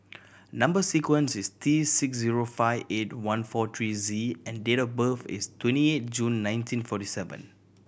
number sequence is T six zero five eight one four three Z and date of birth is twenty eight June nineteen forty seven